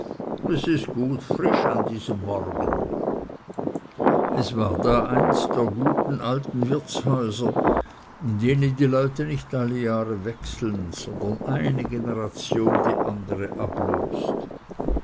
es ist gut frisch diesen morgen es war da eins der guten alten wirtshäuser in denen die leute nicht alle jahre wechseln sondern eine generation die andere ablöst